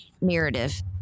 narrative